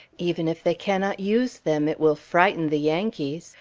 even if they cannot use them, it will frighten the yankees,